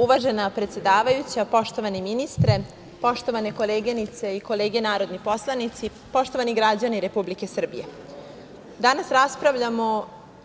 Uvažena predsedavajuća, poštovani ministre, poštovane koleginice i kolege narodni poslanici, poštovani građani Republike Srbije, danas raspravljamo